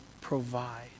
provide